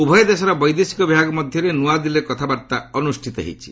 ଉଭୟ ଦେଶର ବୈଦେଶିକ ବିଭାଗ ମଧ୍ୟରେ ନୂଆଦିଲ୍ଲୀରେ କଥାବାର୍ତ୍ତା ଅନୁଷ୍ଠିତ ହୋଇଛି